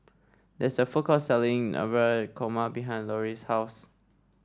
there is a food court selling Navratan Korma behind Lori's house